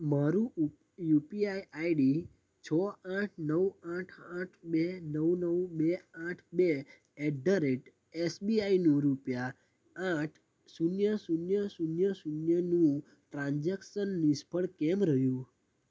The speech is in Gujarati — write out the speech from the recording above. મારું ઉપ યુપીઆઈ આઈડી છ આઠ નવ આઠ આઠ બે નવ નવ બે આઠ બે એટ ધ રેટ એસબીઆઈનું રૂપિયા આઠ શૂન્ય શૂન્ય શૂન્ય શૂન્યનું ટ્રાન્જેક્સન નિષ્ફળ કેમ રહ્યું